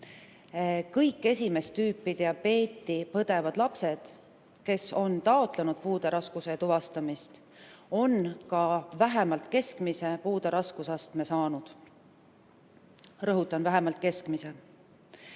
Kõik esimest tüüpi diabeeti põdevad lapsed, kes on taotlenud puude raskusastme tuvastamist, on ka vähemalt keskmise puude raskusastme saanud. Rõhutan: vähemalt keskmise.